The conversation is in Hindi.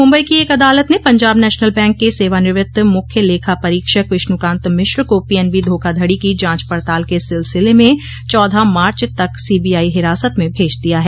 मुंबई की एक अदालत ने पंजाब नेशनल बैंक के सेवानिवृत्त मुख्य लेखा परीक्षक विष्णुकांत मिश्र को पीएनबी धोखाधड़ी की जांच पड़ताल के सिलसिले में चौदह मार्च तक सीबीआई हिरासत में भेज दिया है